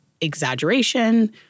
exaggeration